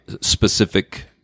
specific